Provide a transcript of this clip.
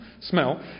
smell